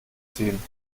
ziehen